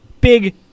big